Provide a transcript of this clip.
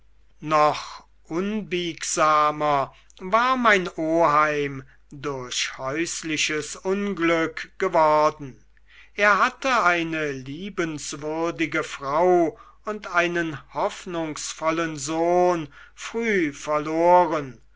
noch unbiegsamer war mein oheim durch häusliches unglück geworden er hatte eine liebenswürdige frau und einen hoffnungsvollen sohn früh verloren